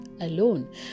alone